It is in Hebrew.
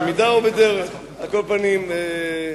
במידה שאדם מודד, מודדין לו.